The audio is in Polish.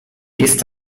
jest